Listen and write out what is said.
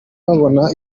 babona